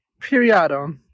Periodo